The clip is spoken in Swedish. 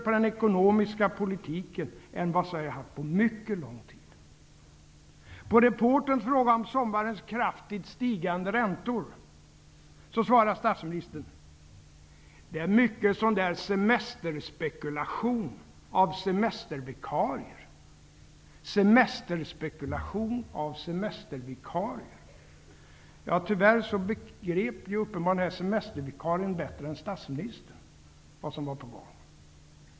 På reporterns fråga om stigande räntor svarade statsministern: Det är mycket semesterspekulation av semestervikarier. Uppenbarligen begrep semestervikarien bättre än statsministern vad som var på gång.